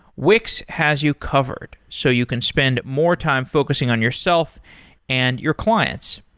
wix has you covered, so you can spend more time focusing on yourself and your clients.